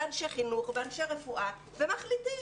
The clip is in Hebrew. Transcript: אנשי חינוך ואנשי רפואה ואז מחליטים.